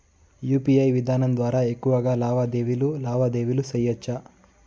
UPI విధానం ద్వారా ఎక్కువగా లావాదేవీలు లావాదేవీలు సేయొచ్చా?